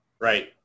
Right